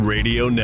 Radio